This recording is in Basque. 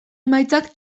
emaitzak